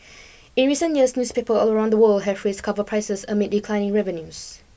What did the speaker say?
in recent years newspapers around the world have raised cover prices amid declining revenues